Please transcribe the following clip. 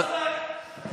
סגרת את המסעדות,